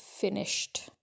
finished